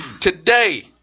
today